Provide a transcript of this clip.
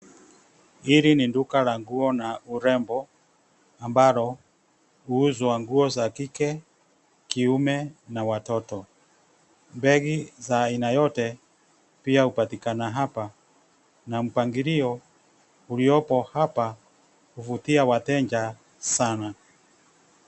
Hili ni duka la nguo na urembo ambalo huuzwa nguo za kike, kiume na watoto. Begi za aina yote pia hupatikana hapa na mpangilio uliopo hapa huvutia wateja sana.